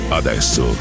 adesso